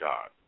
God